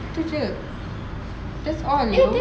tu jer that's all you know